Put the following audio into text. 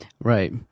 Right